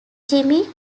jimmy